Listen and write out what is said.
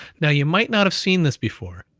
now you might not have seen this before,